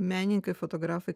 menininkai fotografai